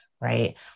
right